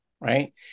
right